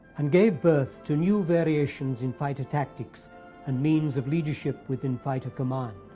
and gave birth to new variations in fighter tactics and means of leadership within fighter command.